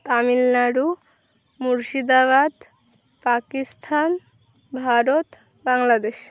Tamil Nadu Murshidabad Pakistan Bharat Bangladesh